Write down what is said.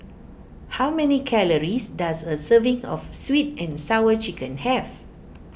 how many calories does a serving of Sweet and Sour Chicken have